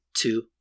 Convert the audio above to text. two